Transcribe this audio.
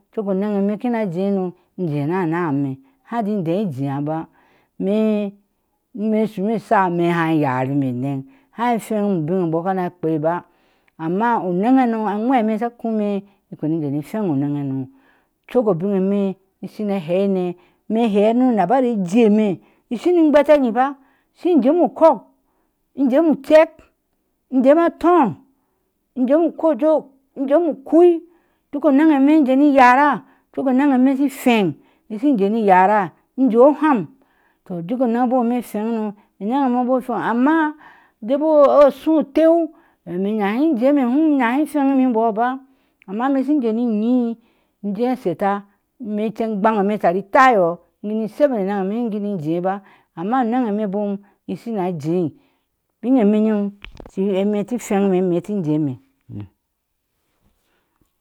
Cok a naŋ a me ki na jéé no injee na naa me haji dai jiya ba eme eme ishu asha i me han yarime anaŋ han fanyime ubin abɔɔ kana kpea ba, amma oneŋ hanoaŋwe me sha kɔɔ imee ikpa ni jene fan o naŋ hano cok abin eme shine haa ne me baa na nabar iji emee in shini igbataayi ba shim jemuokok shiŋ jemu uceek in jeme atorn in jeme ukojok in jemu ukui duk anaŋ, ame shin jeni yare cok anaŋ eme feŋ me shin je ni yara in je oham ts duk onaəgoma me feŋi anaŋ emebomeme, reŋ amma de boɔ shɔɔ tue ime nahe jema hum nahi nwemibɔɔ ba, amma ime shin jene inyi inje asheta ime incheŋ igbama me igtari i tayo inshema ana ame shin guni ijee be, amma anaŋ ame bɔɔm inshina jee bin a me yam shin ame tin feŋ me meti jeme